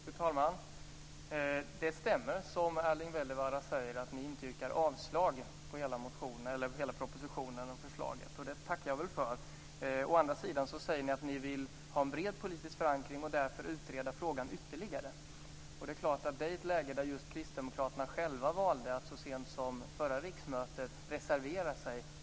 Fru talman! Det stämmer som Erling Wälivaara säger - ni yrkar inte avslag på hela propositionen och förslaget, och det tackar jag för. Å andra sidan säger ni att ni vill ha en bred politisk förankring och därför vill utreda frågan ytterligare. Detta gör kristdemokraterna alltså i ett läge när just de själva valde att så sent som förra riksmötet reservera sig.